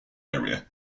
area